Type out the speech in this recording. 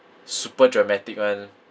super dramatic [one]